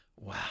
Wow